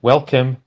Welcome